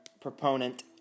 proponent